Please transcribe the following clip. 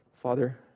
Father